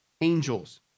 angels